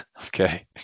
Okay